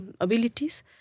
abilities